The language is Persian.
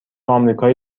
آمریکای